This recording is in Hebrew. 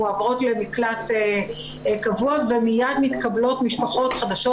מועברות למקלט קבוע ומיד מתקבלות משפחות חדשות.